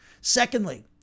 Secondly